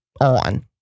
on